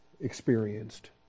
experienced